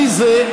מי זה?